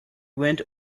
went